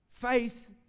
Faith